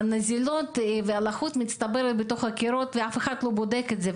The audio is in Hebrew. והנזילות והלחות מצטברים בקירות ואף אחד לא בודק את זה.